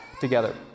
together